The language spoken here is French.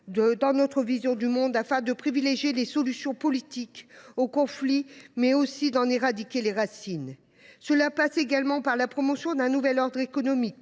dans notre vision du monde, afin de privilégier les solutions politiques aux conflits, mais aussi d’en éradiquer les racines. Il nous faut aussi promouvoir un nouvel ordre économique